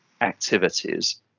activities